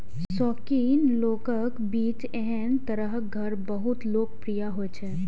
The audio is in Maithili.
शौकीन लोगक बीच एहन तरहक घर बहुत लोकप्रिय होइ छै